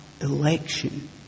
election